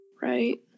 right